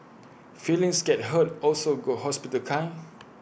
feelings get hurt also go hospital kind